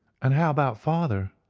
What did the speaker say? and how about father?